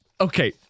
Okay